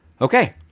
Okay